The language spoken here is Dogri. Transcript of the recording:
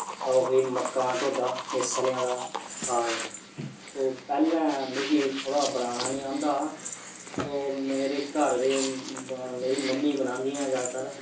तां ओह् ही मक्का दा टोडा ते सरेआं दा साग तो पैह्ले मिगी थोह्ड़ा बनाना नि आंदा हा तो मेरी घर दे मेरी मम्मी बनादियां ज्यादातर